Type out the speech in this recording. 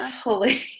holy